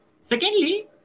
Secondly